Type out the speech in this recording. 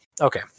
okay